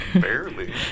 barely